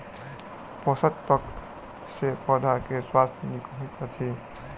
पोषक तत्व सॅ पौधा के स्वास्थ्य नीक होइत अछि